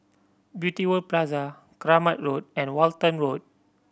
Beauty World Plaza Kramat Road and Walton Road